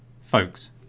folks